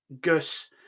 Gus